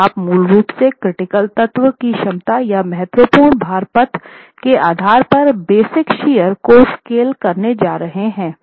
तो आप मूल रूप से क्रिटिकल तत्व की क्षमता या महत्वपूर्ण भार पथ के आधार पर बेस शियर को स्केल करने जा रहे हैं